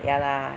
ya lah